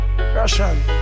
Russian